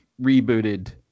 rebooted